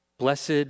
Blessed